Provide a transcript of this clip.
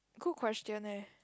good question eh